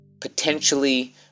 potentially